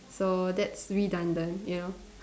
so that's redundant you know